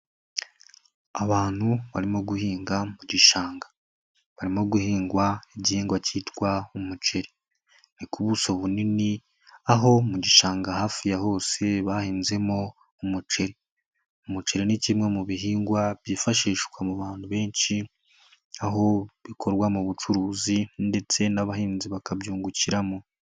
Abantu barimo guhinga mu gishanga. Barimo guhinga igihingwa cyitwa umuceri. Ni ku buso bunini, aho mu gishanga hafi ya hose, bahinzemo umuceri. Umuceri ni kimwe mu bihingwa byifashishwa mu bantu benshi, aho bikorwa mu bucuruzi ndetse n'abahinzi bakabyungukiramo.